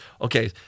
okay